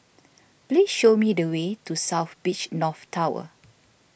please show me the way to South Beach North Tower